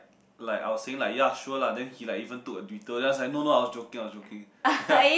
like I was saying like ya sure lah then he like even took a detour then I was like no no I was joking I was joking ya